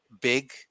big